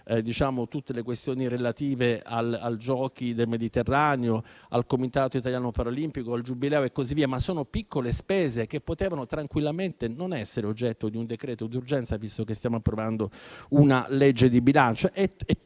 come quelle relative ai Giochi del Mediterraneo, al Comitato italiano paralimpico, al Giubileo e così via. Si tratta però di piccole spese che potevano tranquillamente non essere oggetto di un decreto d'urgenza, visto che stiamo approvando una legge di bilancio.